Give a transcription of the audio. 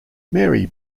mary